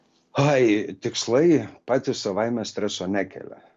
ai tikslai patys savaime streso nekelia